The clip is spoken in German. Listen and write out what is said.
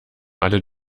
alle